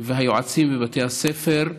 והיועצים בבתי הספר,